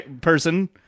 person